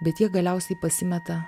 bet jie galiausiai pasimeta